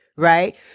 Right